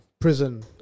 prison